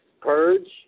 purge